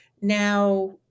Now